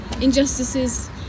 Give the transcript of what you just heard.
injustices